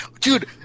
Dude